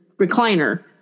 recliner